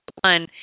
one